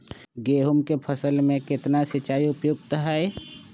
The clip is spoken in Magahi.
गेंहू के फसल में केतना सिंचाई उपयुक्त हाइ?